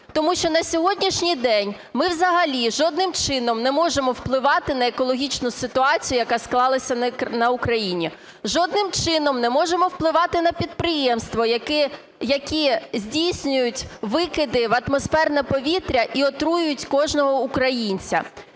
Тому що на сьогоднішній день ми взагалі жодним чином не можемо впливати на екологічну ситуацію, яка склалась в Україні. Жодним чином не можемо впливати на підприємства, які здійснюють викиди в атмосферне повітря і отруюють кожного українця.